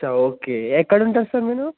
okay ఎక్కడ ఉంటారు sir మీరు